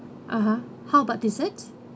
(uh huh) how about desserts